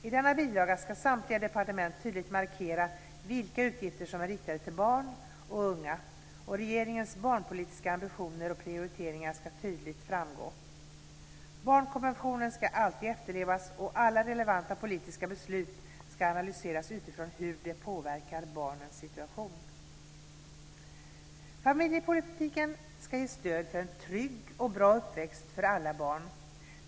I denna bilaga ska samtliga departement tydligt markera vilka utgifter som är riktade till barn och unga, och regeringens barnpolitiska ambitioner och prioriteringar ska tydligt framgå. Barnkonventionen ska alltid efterlevas, och alla relevanta politiska beslut ska analyseras utifrån hur de påverkar barnens situation. Familjepolitiken ska ge stöd för en trygg och bra uppväxt för alla barn.